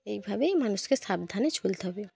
এইভাবেই মানুষকে সাবধানে চলতে হবে